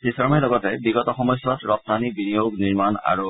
শ্ৰীশৰ্মাই লগতে বিগত সময়ছোৱাত ৰপ্তানী বিনিয়োগ নিৰ্মাণ আৰু